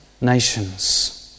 nations